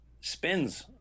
spins